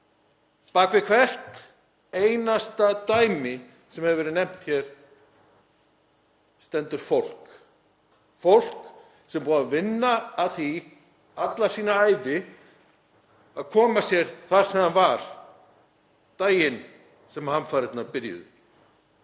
bak við hvert einasta dæmi sem hefur verið nefnt hér stendur fólk sem er búið að vinna að því alla sína ævi að koma sér þangað sem það var daginn sem hamfarirnar byrjuðu.